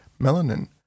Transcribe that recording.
melanin